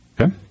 Okay